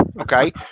Okay